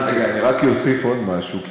אני רק אוסיף עוד משהו,